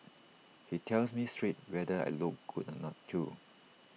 he tells me straight whether I look good or not too